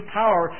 power